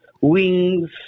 wings